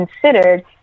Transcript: considered